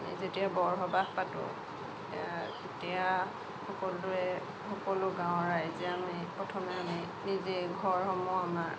আমি যেতিয়া বৰসবাহ পাতোঁ তেতিয়া সকলোৱে সকলো গাঁৱৰ ৰাইজে আমি প্ৰথমে আমি নিজে ঘৰসমূহ আমাৰ